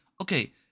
Okay